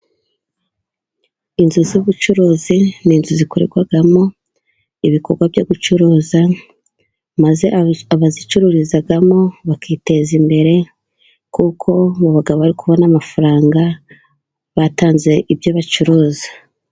Inzu z'ubucuruzi ni inzu zikorerwamo ibikorwa byo gucuruza, maze abazicururizamo bakiteza imbere, kuko mu bagabo bari kubona amafaranga batanze ibyo bacuruza.